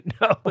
No